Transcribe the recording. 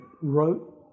wrote